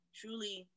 truly